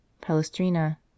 Palestrina